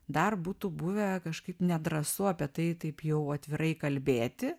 dar būtų buvę kažkaip nedrąsu apie tai taip jau atvirai kalbėti